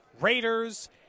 Raiders